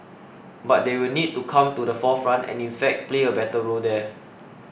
but they will need to come to the forefront and in fact play a better role there